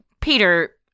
peter